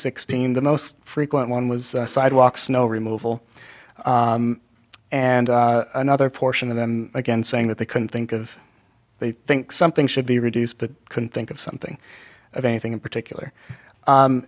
sixteen the most frequent one was sidewalk snow removal and another portion of them again saying that they couldn't think of they think something should be reduced but couldn't think of something of anything in particular